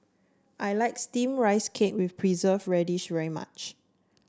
I like steamed Rice Cake with Preserved Radish very much